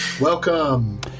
Welcome